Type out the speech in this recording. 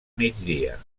migdia